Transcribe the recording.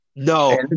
No